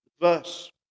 verse